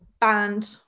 banned